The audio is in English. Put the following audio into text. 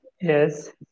Yes